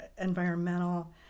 environmental